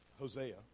Hosea